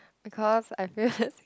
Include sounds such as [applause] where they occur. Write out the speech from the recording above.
because I feel [laughs]